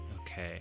Okay